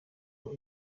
ubwo